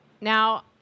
Now